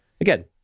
Again